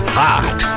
hot